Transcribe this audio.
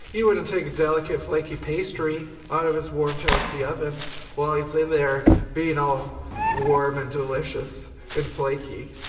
you wouldn't take a delicate, flaky pastry out of its warm, toasty oven while he's in there being all warm, and delicious and flaky.